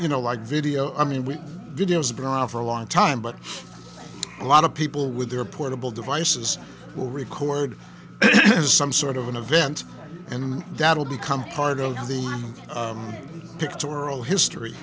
you know like video i mean we video has been around for a long time but a lot of people with their portable devices will record some sort of an event and that'll become part of the pictorial history